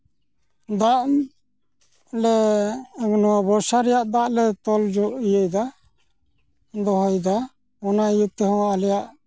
ᱫᱟᱜ ᱞᱮ ᱱᱚᱣᱟ ᱵᱚᱨᱥᱟ ᱨᱮᱭᱟᱜ ᱫᱟᱜ ᱞᱮ ᱛᱚᱞ ᱤᱭᱟᱹᱭᱮᱫᱟ ᱫᱚᱦᱚᱭᱮᱫᱟ ᱚᱱᱟ ᱤᱭᱟᱹ ᱛᱮᱦᱚᱸ ᱟᱞᱮᱭᱟᱜ